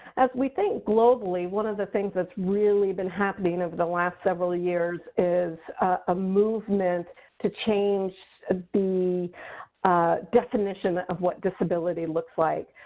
as we think globally, one of the things that's really been happening over the last several years is a movement to change ah the ah definition of what disability looks like.